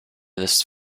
this